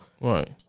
Right